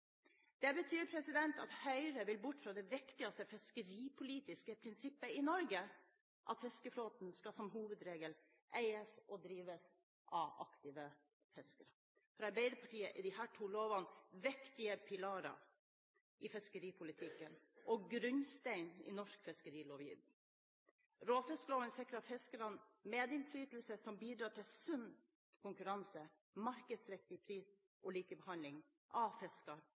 Det betyr at Høyre vil bort fra det viktigste fiskeripolitiske prinsippet i Norge: at fiskeflåten skal, som hovedregel, eies og drives av aktive fiskere. For Arbeiderpartiet er disse to lovene viktige pilarer i fiskeripolitikken og grunnsteinen i norsk fiskerilovgivning. Råfiskloven sikrer fiskerne medinnflytelse, som bidrar til sunn konkurranse, markedsriktig pris og likebehandling